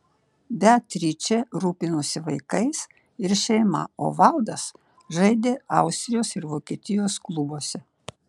beatričė rūpinosi vaikais ir šeima o valdas žaidė austrijos ir vokietijos klubuose